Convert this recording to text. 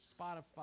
Spotify